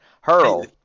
hurl